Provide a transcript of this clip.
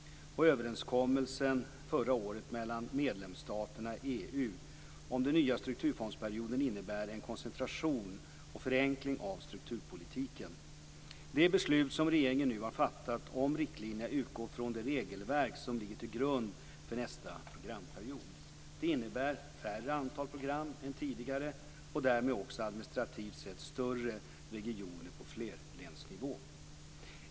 Överenskommelsen förra året mellan medlemsstaterna i EU om den nya strukturfondsperioden innebär en koncentration och förenkling av strukturpolitiken. Det beslut som regeringen nu har fattat om riktlinjerna utgår från det regelverk som ligger till grund för nästa programperiod. Det innebär färre antal program än tidigare och därmed också administrativt sett större regioner på flerlänsnivå.